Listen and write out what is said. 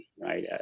right